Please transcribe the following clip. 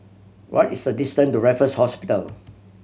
what is the distance to Raffles Hospital